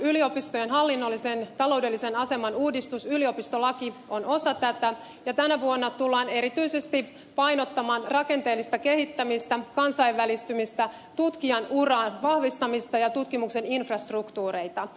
yliopistojen hallinnollisen taloudellisen aseman uudistus yliopistolaki on osa tätä ja tänä vuonna tullaan erityisesti painottamaan rakenteellista kehittämistä kansainvälistymistä tutkijan uran vahvistamista ja tutkimuksen infrastruktuureita